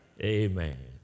Amen